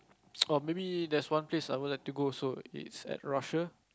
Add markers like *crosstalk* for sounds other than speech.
*noise* or maybe there's one place I would like to go also it's at Russia